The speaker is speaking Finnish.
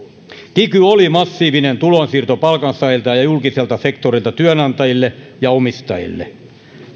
kiky oli massiivinen tulonsiirto palkansaajilta ja ja julkiselta sektorilta työnantajille ja omistajille